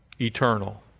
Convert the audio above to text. Eternal